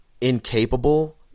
incapable